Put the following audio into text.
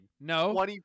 no